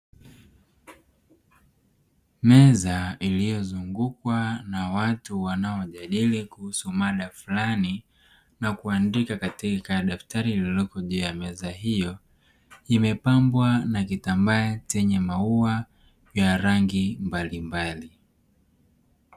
Meza iliyozungukwa na watu wanaojadili kuhusu mada fulani na kuandika katika daktari lililopo juu ya meza hiyo, imepambwa na kitambaa chenye maua ya rangi mbalimbali.